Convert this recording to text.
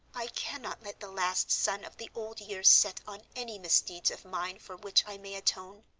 i cannot let the last sun of the old year set on any misdeeds of mine for which i may atone.